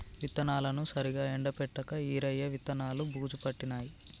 విత్తనాలను సరిగా ఎండపెట్టక ఈరయ్య విత్తనాలు బూజు పట్టినాయి